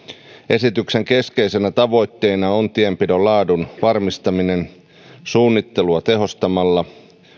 esityksen keskeisenä tavoitteena on tienpidon laadun varmistaminen suunnittelua tehostamalla